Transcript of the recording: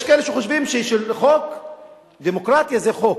יש כאלה שחושבים שדמוקרטיה זה חוק,